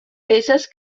peces